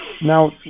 Now